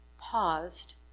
paused